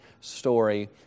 story